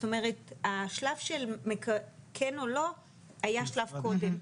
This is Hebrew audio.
השלב של כן או לא היה שלב קודם.